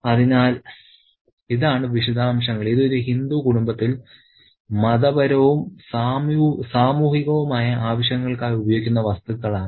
അതിനാൽ ഇതാണ് വിശദാംശങ്ങൾ ഇതൊരു ഹിന്ദു കുടുംബത്തിൽ മതപരവും സാമൂഹികവുമായ ആവശ്യങ്ങൾക്കായി ഉപയോഗിക്കുന്ന വസ്തുക്കളാണ്